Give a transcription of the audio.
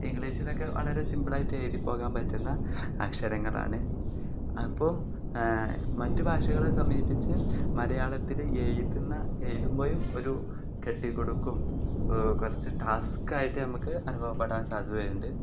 ഇംഗ്ലീഷിലൊക്കെ വളരെ സിംപിൾ ആയിട്ട് എഴുതിപ്പോകാൻ പറ്റുന്ന അക്ഷരങ്ങളാണ് അപ്പോൾ മറ്റ് ഭാഷകളെ സമീപിച്ച് മലയാളത്തിൽ എഴുതുന്ന എഴുതുമ്പോഴും ഒരു കെട്ടി കൊടുക്കും കുറച്ച് ടാസ്ക്ക് ആയിട്ട് നമുക്ക് അനുഭവപ്പെടാൻ സാധ്യതയുണ്ട്